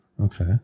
Okay